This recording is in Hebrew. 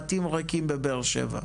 בתים ריקים בבאר שבע.